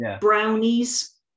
brownies